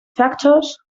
factors